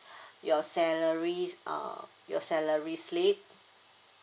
your salary s~ uh your salary slip